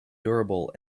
durable